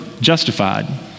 justified